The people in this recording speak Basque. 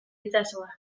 itsasoa